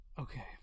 Okay